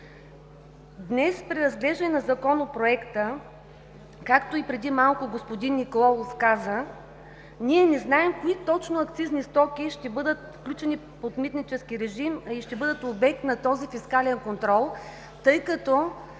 Днес при разглеждане на Законопроекта, както и преди малко господин Николов каза, ние не знаем кои точно акцизни стоки ще бъдат включени под митнически режим и ще бъдат обект на този фискален контрол, тъй като